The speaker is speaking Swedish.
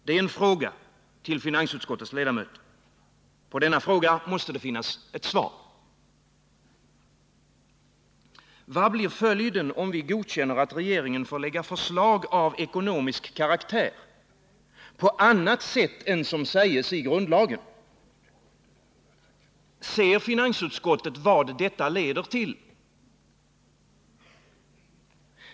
Det är en fråga till finansutskottets ledamöter. På den frågan måste det finnas ett svar. Vad blir följden, om vi godkänner att regeringen får lägga fram förslag av ekonomisk karaktär på annat sätt än som sägs i grundlagen? Ser finansutskottet vad det leder till?